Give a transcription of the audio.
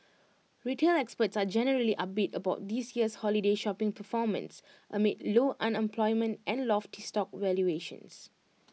retail experts are generally upbeat about this year's holiday shopping performance amid low unemployment and lofty stock valuations